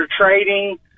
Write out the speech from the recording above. trading